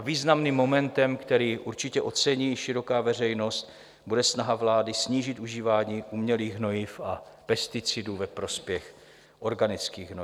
Významným momentem, který určitě ocení široká veřejnost, bude snaha vlády snížit užívání umělých hnojiv a pesticidů ve prospěch organických hnojiv.